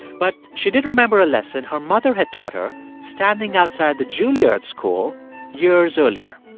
but she did remember a lesson her mother had taught her standing outside the juilliard school years earlier.